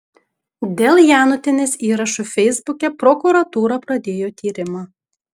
dėl janutienės įrašų feisbuke prokuratūra pradėjo tyrimą